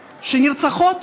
שנרצחות,